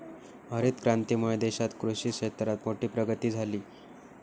हरीत क्रांतीमुळे देशात कृषि क्षेत्रात मोठी प्रगती झाली